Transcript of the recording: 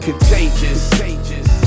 Contagious